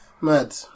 Mad